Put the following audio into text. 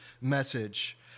message